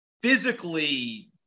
physically